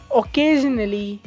occasionally